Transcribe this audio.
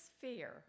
fear